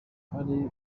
kandi